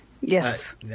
Yes